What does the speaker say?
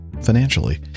financially